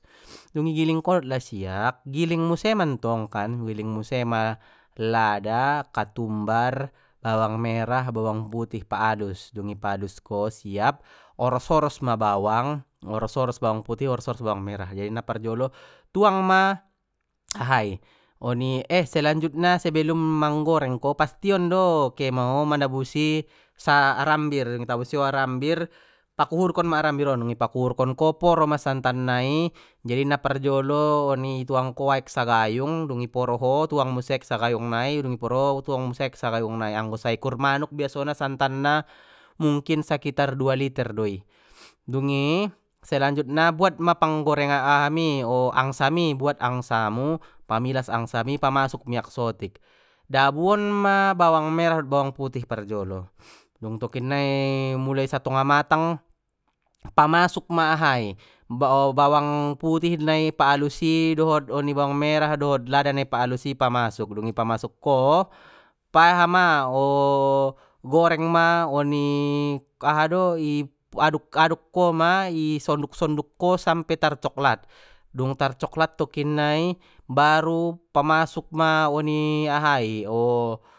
dung i giling ko dot lasiak giling muse mantong kan giling muse ma lada, katumbar, bawang putih, bawang merah pa alus dung i alus ko siap oros oros ma bawang oros oros bawang putih oros oros bawang merah jadi na parjolo tuang ma aha i oni eh selanjutna sebelum manggoreng ko pastion do ke maho mana busi sa arambir dung itabusi ho arambir pakuhurkon ma arambir on dung i pakuhurkon ko poro ma santan nai jadi na parjolo oni ituang ko aek sagayung dungi poro ho tuang muse aek sagayung nai dung i poro ho tuang muse aek sagayung nai anggo saikur manuk biasona santan na mungkin sakitar dua liter do i dungi selanjutna buat ma panggorengan aha mi o angsa mi buat angsa mu pamilas angsa mi pamilas miak sotik dabuon ma bawang merah dot bawang putih parjolo dung tokinna muloi satango matang pamasuk ma aha i o bawang putih na i paalus i dohot bawang merah dohot lada na i pa alus i ipa masuk dung i pa masuk ko pa aha ma o goreng ma oni ahado i aduk aduk koma i sonduk sonduk ko sampe tarcoklat dung tar coklat tokinnai baru pamasuk ma oni aha i o.